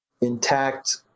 intact